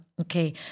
Okay